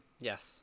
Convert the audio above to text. Yes